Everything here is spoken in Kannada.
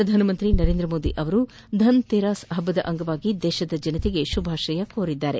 ಪ್ರಧಾನ ಮಂತ್ರಿ ನರೇಂದ್ರ ಮೋದಿ ಅವರು ಧನ್ ತೇರಸ್ ಹಬ್ಬದ ಅಂಗವಾಗಿ ದೇಶದ ಜನತೆಗೆ ಶುಭಾಶಯ ಹಾರ್ೈಸಿದ್ದಾರೆ